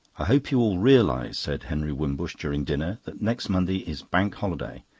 i hope you all realise, said henry wimbush during dinner, that next monday is bank holiday,